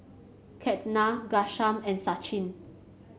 Ketna Ghanshyam and Sachin